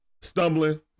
Stumbling